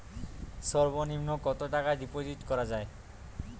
সর্ব নিম্ন কতটাকা ডিপোজিট করা য়ায়?